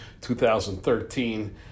2013